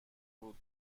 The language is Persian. بود